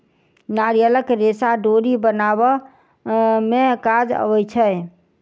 नारियलक रेशा डोरी बनाबअ में काज अबै छै